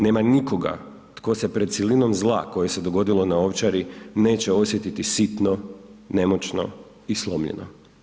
Nema nikog tko se pred silinom zla koja se dogodila na Ovčari neće osjetiti sitno, nemoćno i slomljeno.